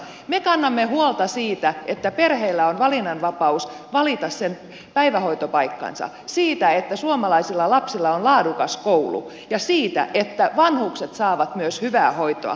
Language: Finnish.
me kannamme huolta siitä että perheillä on valinnanvapaus valita päivähoitopaikkansa siitä että suomalaisilla lapsilla on laadukas koulu ja siitä että vanhukset saavat myös hyvää hoitoa